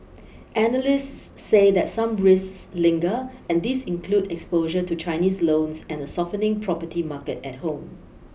analysts say some risks linger and these include exposure to Chinese loans and a softening property market at home